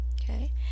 okay